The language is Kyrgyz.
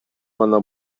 гана